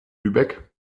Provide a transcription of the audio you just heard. lübeck